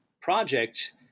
project